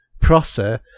Prosser